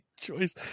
choice